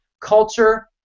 culture